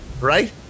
Right